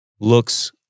looks